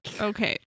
Okay